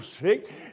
sick